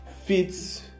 fits